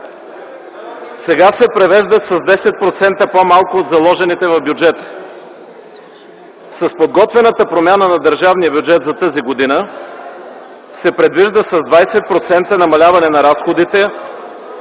Сега се превеждат с 10% по-малко от заложените в бюджета. С подготвената промяна на държавния бюджет за тази година се предвижда с 20% намаляване на разходите,